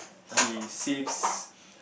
he saves